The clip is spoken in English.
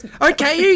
Okay